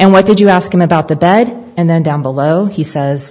and what did you ask him about the bed and then down below he says